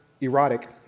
erotic